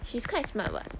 she's quite smart [what]